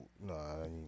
no